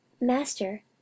master